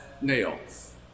nails